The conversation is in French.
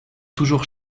toujours